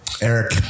Eric